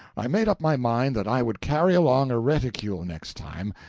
i made up my mind that i would carry along a reticule next time,